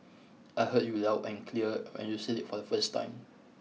I heard you loud and clear when you said it for the first time